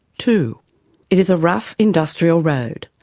two it is a rough industrial road,